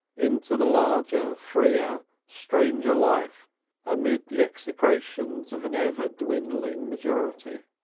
into the larger, freer, stranger life amid the execrations of an ever-dwindling majority.